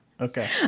Okay